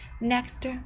next